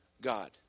God